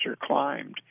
climbed